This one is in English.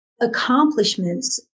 accomplishments